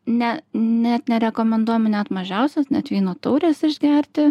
ne net nerekomenduojama net mažiausios net vyno taurės išgerti